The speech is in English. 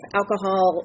alcohol